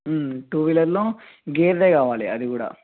two వీలర్లో గేర్ది కావాలి అది కూడా